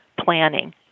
planning